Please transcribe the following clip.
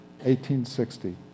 1860